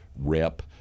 rep